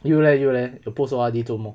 you leh you leh post O_R_D 做什么